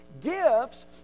Gifts